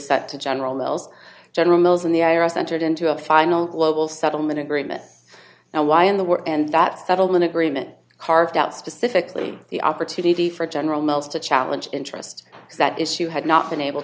set to general mills general mills and the i r s entered into a final global settlement agreement and why in the world and that settlement agreement carved out specifically the opportunity for general mills to challenge interest because that issue had not been able to